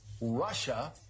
Russia